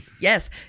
Yes